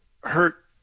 hurt